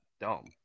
dumb